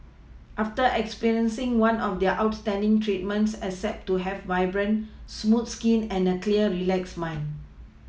after experiencing one of their outstanding treatments expect to have vibrant smooth skin and a clear relaxed mind